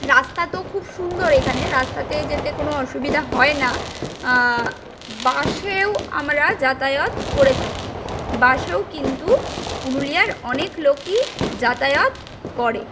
রাস্তা তো খুব সুন্দর এখানের রাস্তাতে যেতে কোনো অসুবিধা হয় না বাসেও আমরা যাতায়াত করে থাকি বাসেও কিন্তু পুরুলিয়ার অনেক লোকই যাতায়াত করে